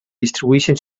distribueixen